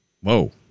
Whoa